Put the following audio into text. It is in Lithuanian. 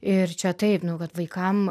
ir čia taip nu kad vaikam